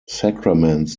sacraments